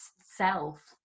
self